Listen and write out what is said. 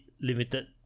limited